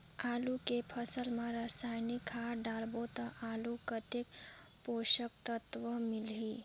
आलू के फसल मा रसायनिक खाद डालबो ता आलू कतेक पोषक तत्व मिलही?